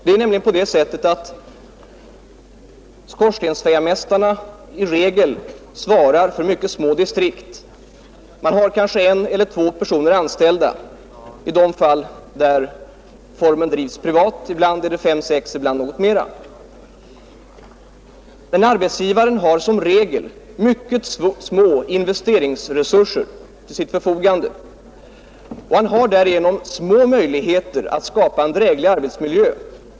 Det är nämligen på det sättet att skorstensfejarmästarna i regel svarar för mycket små distrikt. Man har kanske en eller två personer anställda i de fall där verksamheten drivs privat — ibland är det fem eller sex, ibland något flera. Arbetsgivaren har som regel mycket små investeringsresurser till sitt förfogande och har därigenom små möjligheter att skapa en dräglig arbetsmiljö.